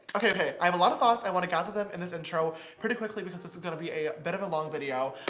okay. i have a lot of thoughts, and i want to gather them in this intro pretty quickly, because this is gonna be a bit of a long video.